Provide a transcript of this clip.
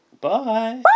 bye